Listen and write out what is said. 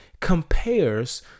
compares